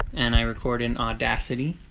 and i record in audacity.